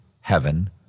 heaven